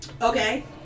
Okay